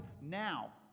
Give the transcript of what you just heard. now